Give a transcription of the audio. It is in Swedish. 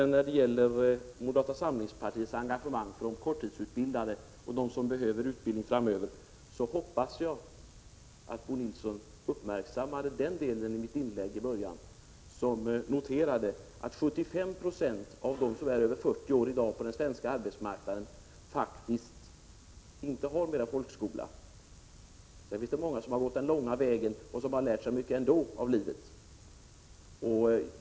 När det gäller moderata samlingspartiets engagemang för de korttidsutbildade och för dem som behöver utbildning framöver hoppas jag att Bo Nilsson uppmärksammade den deli början av mitt tidigare inlägg där jag noterade att 75 Jo av de människor över 40 år som i dag är ute på den svenska arbetsmarknaden faktiskt inte har mer än folkskola som utbildning. Många har gått den långa vägen och lärt sig mycket av livet.